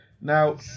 now